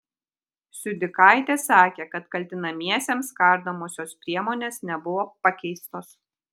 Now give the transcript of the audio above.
siudikaitė sakė kad kaltinamiesiems kardomosios priemonės nebuvo pakeistos